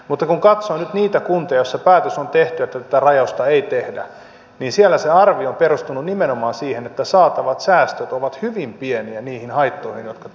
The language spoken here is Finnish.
mutta kun katsoo nyt niitä kuntia joissa päätös on tehty että tätä rajausta ei tehdä niin siellä se arvio on perustunut nimenomaan siihen että saatavat säästöt ovat hyvin pieniä niihin haittoihin nähden jotka tulevat